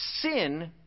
sin